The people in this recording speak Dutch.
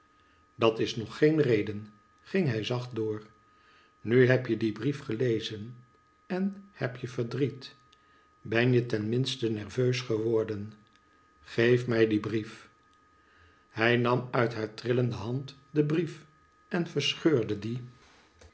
dat is nog geen reden ging hij zacht door nu heb je dien brief gelezen en heb je verdriet ben je ten minste nerveus geworden geef mij dien brief hij nam uit haar trillende hand den brief en verscheurde dien